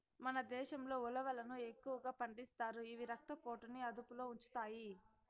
మన దేశంలో ఉలవలను ఎక్కువగా పండిస్తారు, ఇవి రక్త పోటుని అదుపులో ఉంచుతాయి